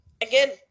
again